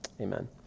Amen